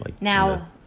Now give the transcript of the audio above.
Now